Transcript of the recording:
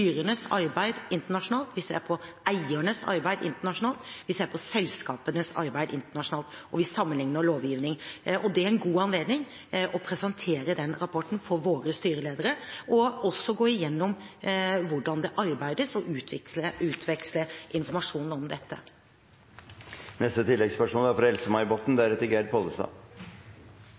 arbeid internasjonalt, vi ser på eiernes arbeid internasjonalt, vi ser på selskapenes arbeid internasjonalt, og vi sammenligner lovgivning. Det er en god anledning til å presentere den rapporten for våre styreledere og også å gå igjennom hvordan det arbeides, og utveksle informasjon om dette.